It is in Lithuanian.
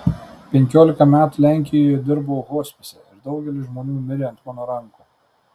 penkiolika metų lenkijoje dirbau hospise ir daugelis žmonių mirė ant mano rankų